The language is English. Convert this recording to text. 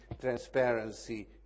Transparency